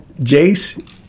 Jace